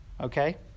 okay